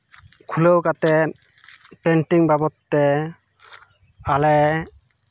ᱠᱷᱩᱞᱟᱹᱣ ᱠᱟᱛᱮᱫ ᱯᱮᱱᱴᱤᱝ ᱵᱟᱵᱚᱫ ᱛᱮ ᱟᱞᱮ